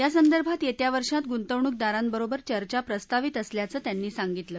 यासंदर्भात यस्विा वर्षात गुंतवणूकदारांबरोबर चर्चा प्रस्तावित असल्याच त्यांनी सांगितलं